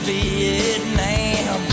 Vietnam